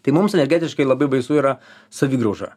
tai mums energetiškai labai baisu yra savigrauža